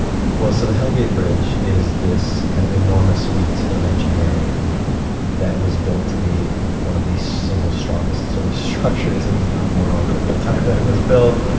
well, so the hell gate bridge is this kind of enormous feat of engineering that was built to be one of the single strongest sort of structures in the known world at the time that it was built.